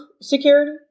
security